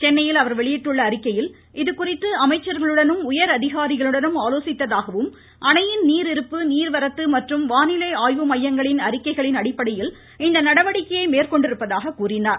சென்னையில் இதுகுறித்து அமைச்சர்களுடனும் உயர் அதிகாரிகளுடனும் ஆலோசித்ததாகவும் அணையின் நீர் இருப்பு நீர்வரத்து மற்றும் வானிலை ஆய்வு மையங்களின் அறிக்கைகளின் அடிப்படையில் இந்நடவடிக்கையை மேற்கொண்டிருப்பதாக கூறினார்